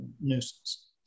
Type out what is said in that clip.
nuisance